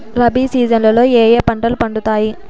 rabi season లో ఏ ఏ పంటలు పండుతాయి